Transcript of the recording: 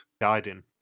guiding